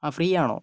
ആ ഫ്രീ ആണോ